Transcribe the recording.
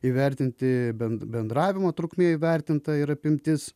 įvertinti bend bendravimo trukmė įvertinta ir apimtis